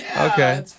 Okay